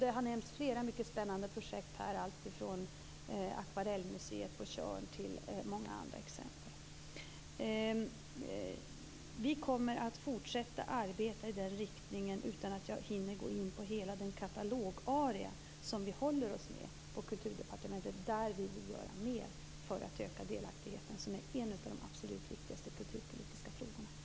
Det har nämnts flera mycket spännande projekt här, bl.a. Akvarellmuseet på Tjörn och många andra exempel. Vi kommer att fortsätta att arbeta i den riktningen, men jag hinner inte gå in på hela den katalogaria som vi håller oss med på Kulturdepartementet där vi vill göra mer för att öka delaktigheten. Det är en av de absolut viktigaste kulturpolitiska frågorna.